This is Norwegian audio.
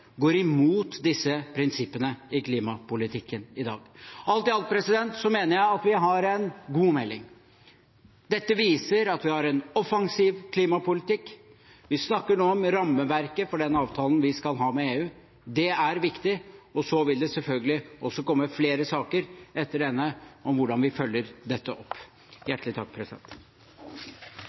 går imot disse prinsippene i klimapolitikken i dag. Alt i alt mener jeg at vi har fått en god melding. Dette viser at vi har en offensiv klimapolitikk. Vi snakker nå om rammeverket for den avtalen vi skal ha med EU. Det er viktig. Så vil det selvfølgelig også komme flere saker etter denne om hvordan vi følger dette opp.